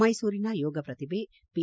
ಮೈಸೂರಿನ ಯೋಗ ಪ್ರತಿಭೆ ಪಿ